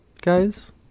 guys